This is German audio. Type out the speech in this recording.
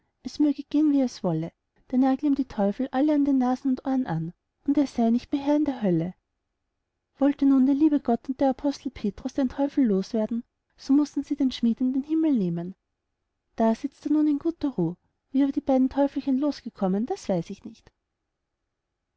es möge gehen wie es wolle der nagle ihm die teufel alle an den nasen und ohren an und er sey nicht mehr herr in der hölle wollte nun der liebe gott und der apostel petrus den teufel los werden so mußten sie den schmid in den himmel nehmen da sitzt er nun in guter ruh wie aber die beiden teufelchen losgekommen das weiß ich nicht